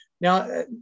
now